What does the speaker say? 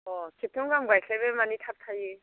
अह खेबथाम गाहाम गायस्लायबा माने थाब थाइयो